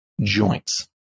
joints